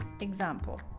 Example